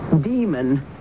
demon